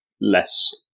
less